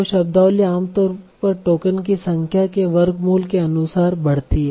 तो शब्दावली आमतौर पर टोकन की संख्या के वर्गमूल के अनुसार बढ़ती है